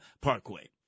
Parkway